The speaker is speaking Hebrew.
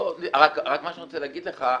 רק מה שאני רוצה להגיד לך,